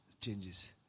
changes